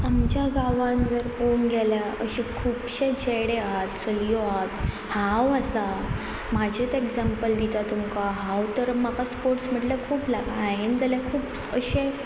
आमच्या गांवान जर पळोवंक गेल्यार अशे खुबशे चेडे आहात चलयो आहात हांव आसा म्हाजेच एग्जांम्पल दिता तुमकां हांव तर म्हाका स्पोर्ट्स म्हटल्यार खूब लाग हांवें जाल्यार खूब अशें